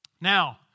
Now